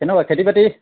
কেনেকুৱা খেতি বাতি